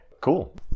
cool